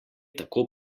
tako